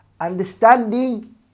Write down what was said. Understanding